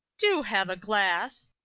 do have a glass!